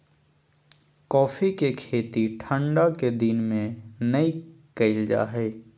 coffee के खेती ठंढा के दिन में नै कइल जा हइ